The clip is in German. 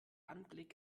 anblick